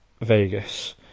Vegas